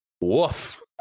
Woof